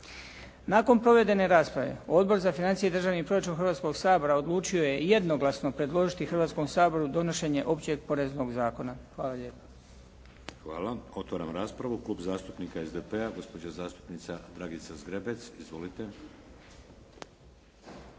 Nakon provedene rasprave Odbor za financije i državni proračun Hrvatskog sabora odlučio je jednoglasno predložiti Hrvatskom saboru donošenje općeg poreznog zakona. Hvala lijepa.